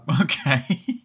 Okay